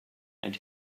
and